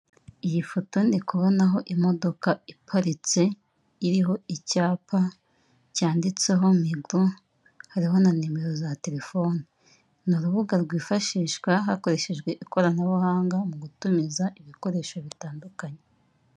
Iyi foto ndi kubonaho imodoka iparitse, iriho icyapa cyanditseho migoro, hariho na nimero za telefone. Ni urubuga rwifashihwa hakoreshejwe ikoranabuhanga, mu gutumiza ibikoresho bitandukanye.